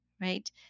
right